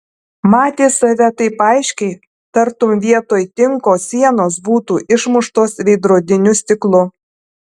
matė save taip aiškiai tartum vietoj tinko sienos būtų išmuštos veidrodiniu stiklu